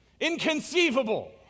inconceivable